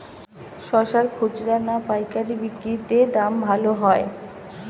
শশার খুচরা না পায়কারী বিক্রি তে দাম ভালো হয়?